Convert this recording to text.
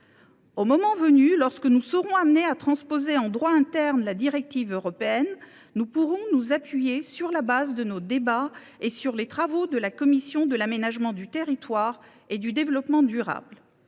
Au moment venu, lorsque nous serons amenés à transposer en droit interne la directive européenne, nous pourrons nous appuyer sur nos débats et sur les travaux de la commission de l’aménagement du territoire et du développement durable.